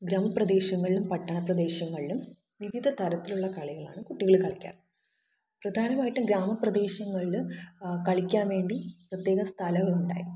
ഗ്രാമപ്രദേശങ്ങളിലും പട്ടണ പ്രദേശങ്ങളിലും വിവിധ തരത്തിലുള്ള കളികളാണ് കുട്ടികൾ കളിക്കാറ് പ്രധാനമായിട്ടും ഗ്രാമപ്രദേശങ്ങളിൽ കളിക്കാൻ വേണ്ടി പ്രത്യേകം സ്ഥലം ഉണ്ടായിരിക്കും